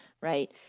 right